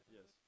Yes